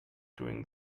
during